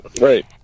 Right